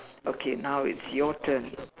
okay now it's your turn